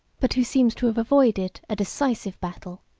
but who seems to have avoided a decisive battle,